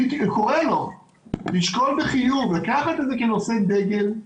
אני קורא לו לשקול בחיוב לקחת את זה כנושא דגל,